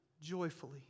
joyfully